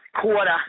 quarter